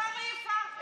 איפה ואיפה.